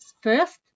first